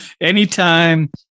Anytime